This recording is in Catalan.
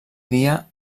dia